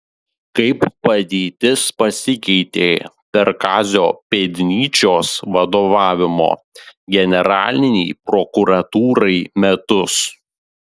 kaip padėtis pasikeitė per kazio pėdnyčios vadovavimo generalinei prokuratūrai metus